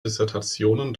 dissertationen